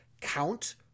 count